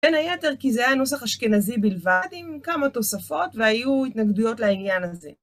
בין היתר כי זה היה נוסח אשכנזי בלבד עם כמה תוספות והיו התנגדויות לעניין הזה.